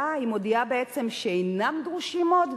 היא מודיעה בעצם שהם אינם דרושים עוד?